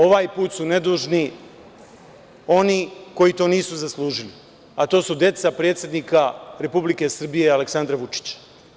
Ovaj put su nedužni oni koji to nisu zaslužili, a to su deca predsednika Republike Aleksandra Vučića.